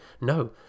No